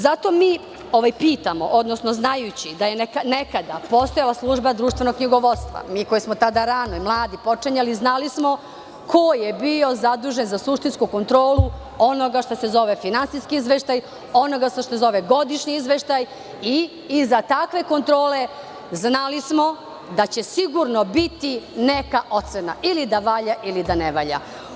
Zato mi pitamo, odnosno znajući da je nekada postojala Služba društvenog knjigovodstva, mi koji smo tada ranije mladi počinjali, znali smo ko je bio zadužen za suštinsku kontrolu onoga što se zove finansijski izveštaj, onoga što se zove godišnji izveštaj i za takve kontrole znali smo da će sigurno biti neka ocena ili da valja ili da ne valja.